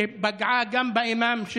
שפגעה גם באימאם,